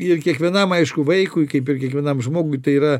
ir kiekvienam aišku vaikui kaip ir kiekvienam žmogui tai yra